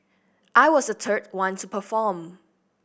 I was the third one to perform